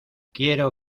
quiero